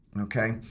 Okay